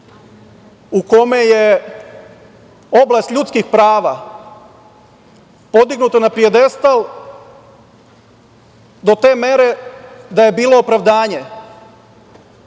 u kome je oblast ljudskih prava podignuta na pijedestal do te mere da je bilo opravdanje